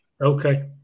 Okay